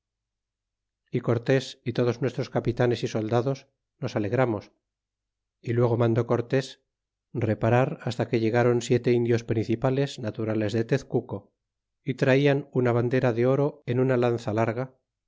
y cortes y todos nuestros capitanes y soldados nos alegramos y luego mandó cortes reparar asta que llegaron siete indios principales naturales de l'emir y traian una bandera de oro en una lanza larga